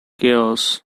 chaos